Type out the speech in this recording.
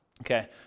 Okay